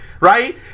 Right